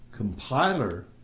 Compiler